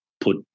put